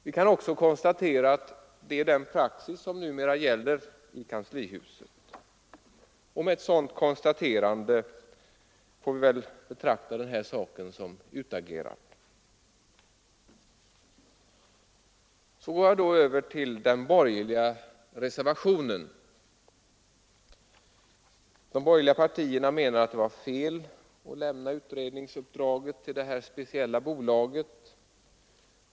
Vi kan också konstatera att det är den praxis som numera gäller i kanslihuset. Och med ett sådant konstaterande får vi väl betrakta den här saken som utagerad. Så går jag över till den borgerliga reservationen. De borgerliga partierna menar att det var fel att lämna utredningsuppdraget till det här speciella bolaget.